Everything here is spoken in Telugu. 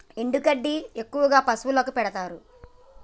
ఎండు గడ్డి ఎక్కువగా పశువులకు పెడుతారు